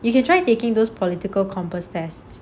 you can try taking those political compass test